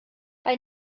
bei